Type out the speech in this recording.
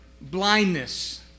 blindness